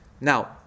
now